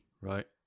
right